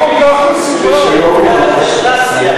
אולי הוא התכוון שיהודי צריך לשחק עם ציצית,